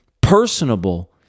personable